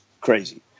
crazy